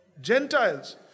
Gentiles